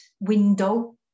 window